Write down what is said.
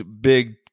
big